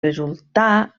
resultà